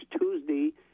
Tuesday